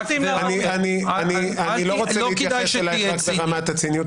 לא כדאי שתהיה ציני.